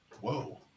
Whoa